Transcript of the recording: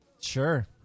Sure